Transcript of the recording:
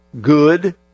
Good